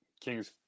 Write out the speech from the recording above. Kings